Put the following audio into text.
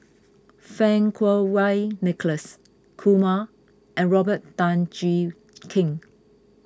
Fang Kuo Wei Nicholas Kumar and Robert Tan Jee Keng